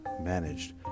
managed